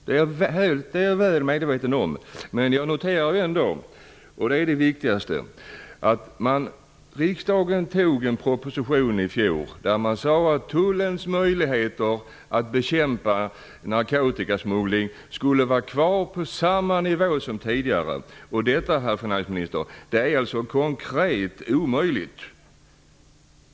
Det är jag väl medveten om, men jag noterar ändå - och det är det viktigaste - att riksdagen antog en proposition i fjol där det sades att tullens möjligheter att bekämpa narkotikasmuggling skulle vara kvar på samma nivå som tidigare. Detta, herr finansminister, är konkret omöjligt.